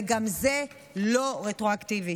וגם זה לא רטרואקטיבית.